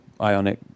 ionic